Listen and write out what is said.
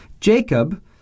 Jacob